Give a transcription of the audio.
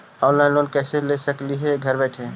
Online loan कैसे ले सकली हे घर बैठे?